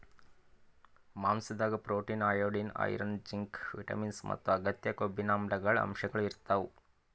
ಮಾಂಸಾದಾಗ್ protein, iodine, iron, zinc, vitamins ಮತ್ತ್ ಅಗತ್ಯ ಕೊಬ್ಬಿನಾಮ್ಲಗಳ್ ಅಂಶಗಳ್ ಇರ್ತವ್